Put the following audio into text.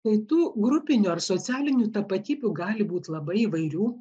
tai tų grupinių ar socialinių tapatybių gali būti labai įvairių